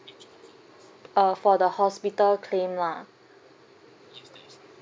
uh for the hospital claim lah